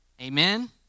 Amen